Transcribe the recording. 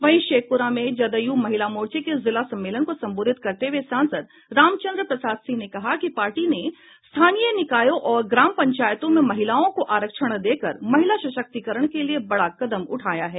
वहीं शेखपुरा में जदयू महिला मोचे के जिला सम्मेलन को संबोधित करते हुए सांसद रामचंद्र प्रसाद सिंह ने कहा कि पार्टी ने स्थानीय निकायों और ग्राम पंचायतों में महिलाओं को आरक्षण देकर महिला सशक्तिकरण के लिए बड़ा कदम उठाया है